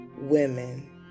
women